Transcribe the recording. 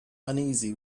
uneasy